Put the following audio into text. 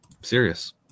Serious